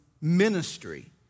ministry